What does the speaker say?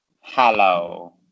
Hello